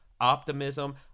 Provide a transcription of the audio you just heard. optimism